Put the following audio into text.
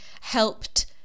helped